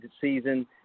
season